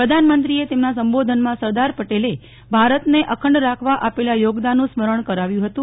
પ્રધાનમંત્રીએ તેમના સંબોધનમાં સરદાર પટેલે ભારતને અખંડ રાખવા આપેલા યોગદાનનું સ્મરણ કરાવ્યું હતું